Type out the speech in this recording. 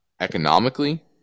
economically